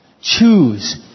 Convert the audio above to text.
Choose